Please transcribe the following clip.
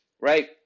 right